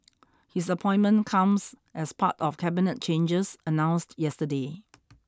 his appointment comes as part of Cabinet changes announced yesterday